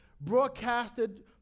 broadcasted